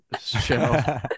show